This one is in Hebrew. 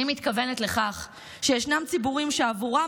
אני מתכוונת לכך שישנם ציבורים שעבורם